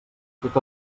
tot